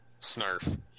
Snarf